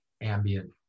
ambient